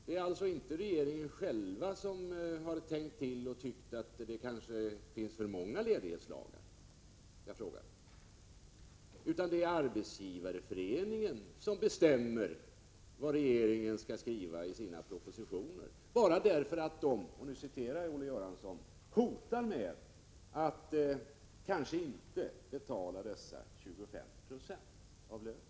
Det är alltså inte regeringen själv som har tänkt till och tyckt att det kanske finns för många ledighetslagar, utan det är Arbetsgivareföreningen som bestämmer vad regeringen skall skriva i sina propositioner bara därför att den — nu citerar jag Olle Göransson — hotar med att kanske inte betala dessa 25 260 av lönen.